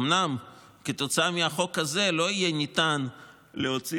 אומנם כתוצאה מהחוק הזה לא יהיה ניתן להוציא